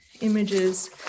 images